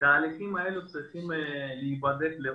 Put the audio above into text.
התהליכים האלו צריכים להיבדק לעומק.